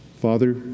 Father